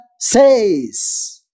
says